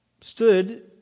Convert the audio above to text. stood